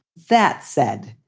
that said,